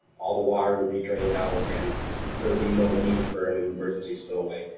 all the water would be drained out and there would be no need for an emergency spillway.